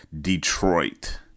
Detroit